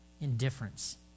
Indifference